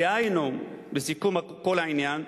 דהיינו, בסיכום כל העניין,